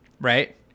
right